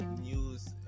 news